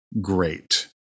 great